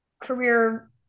career